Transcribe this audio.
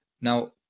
Now